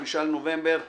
5 בנובמבר,